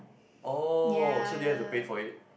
oh so do you have to pay for it